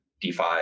DeFi